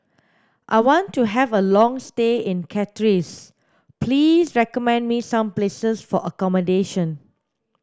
I want to have a long stay in Castries please recommend me some places for accommodation